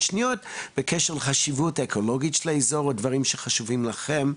שנית בקשר לחשיבות האקולוגית של האזור או דברים אחרים שחשובים לכם,